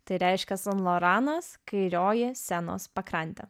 tai reiškia san loranas kairioje senos pakrante